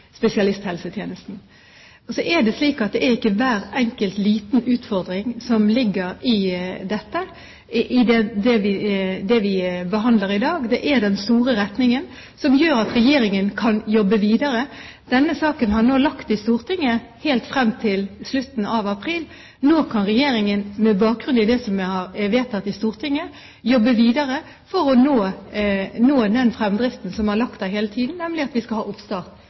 spesialisthelsetjenesten. Det er ikke hver enkelt liten utfordring vi behandler i dag. Det er den store retningen, som gjør at Regjeringen kan jobbe videre. Denne saken har nå ligget i Stortinget helt frem til slutten av april. Nå kan Regjeringen med bakgrunn i det som er vedtatt i Stortinget, jobbe videre for å nå den fremdriften som har ligget der hele tiden, nemlig at vi skal ha oppstart